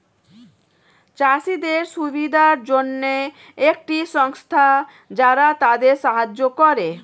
চাষীদের সুবিধার জন্যে একটি সংস্থা যারা তাদের সাহায্য করে